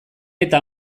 eta